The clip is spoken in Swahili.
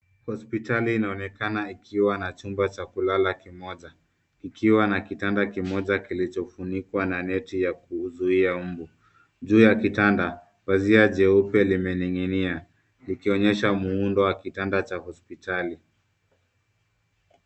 Hospitali inaonekana ikiwa na chumba cha kulala kimoja ikiwa na kitanda kimoja kilichofunikwa na neti ya kuzuia mbu. Juu ya kitanda pazia jeupe limening'inia likionyesha muundo wa kitanda hospitali.